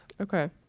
okay